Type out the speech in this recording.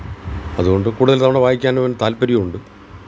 അതുകൊണ്ട് കൂടുതല് തവണ വായിക്കാനും ഒരു താല്പ്പര്യമുണ്ട്